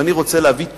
ואני רוצה להביא תוצאות.